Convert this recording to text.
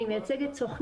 אני עובדת.